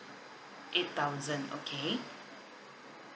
eight thousand okay